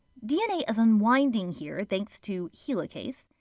dna is unwinding here thanks to helicase.